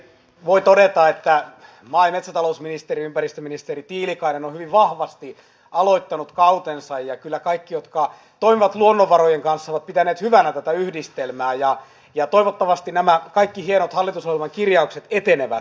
voi todeta että maa ja metsätalousministeri ympäristöministeri tiilikainen on hyvin vahvasti aloittanut kautensa ja kyllä kaikki jotka toimivat luonnonvarojen kanssa ovat pitäneet hyvänä tätä yhdistelmää ja toivottavasti nämä kaikki hienot hallitusohjelmakirjaukset etenevät